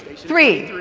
three.